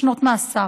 שנות מאסר.